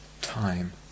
time